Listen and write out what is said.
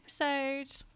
episode